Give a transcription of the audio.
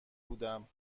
بودم